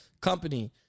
company